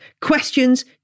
Questions